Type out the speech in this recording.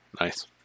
Nice